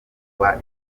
rwa